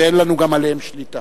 שגם אין לנו עליהם שליטה.